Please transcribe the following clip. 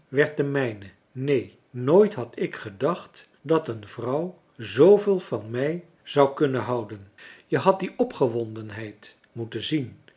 werd de mijne neen nooit had ik gedacht dat een vrouw zooveel van mij zou kunnen houden je had die opgewondenheid moeten zien